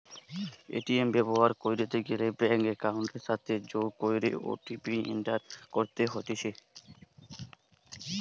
ATM ব্যবহার কইরিতে গ্যালে ব্যাঙ্ক একাউন্টের সাথে যোগ কইরে ও.টি.পি এন্টার করতে হতিছে